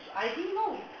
I didn't know